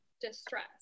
distress